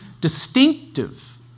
distinctive